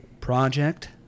project